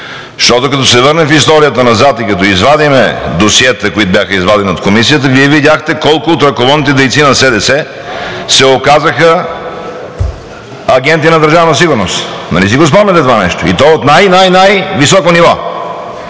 защото, като се върнем в историята назад и като извадим досиетата, които бяха извадени от Комисията, Вие видяхте колко от ръководните дейци на СДС се оказаха агенти на Държавна сигурност. Нали си го спомняте това нещо, и то от най-, най-високо ниво.